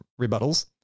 rebuttals